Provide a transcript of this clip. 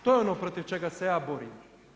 To je ono protiv čega se ja borim.